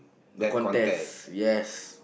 the contest yes